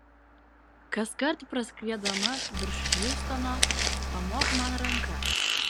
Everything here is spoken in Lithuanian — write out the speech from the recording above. kaskart praskriedama virš hjustono pamok man ranka